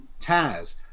taz